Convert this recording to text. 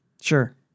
Sure